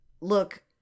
look